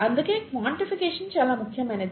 అందుకే క్వాన్టిఫికేషన్ చాలా ముఖ్యమైనది